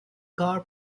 car